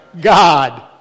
God